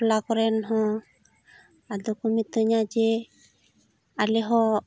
ᱴᱚᱞᱟ ᱠᱚᱨᱮᱱ ᱦᱚᱸ ᱟᱫᱚ ᱠᱚ ᱢᱤᱛᱟᱹᱧᱟ ᱡᱮ ᱟᱞᱮ ᱦᱚᱸ